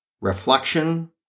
reflection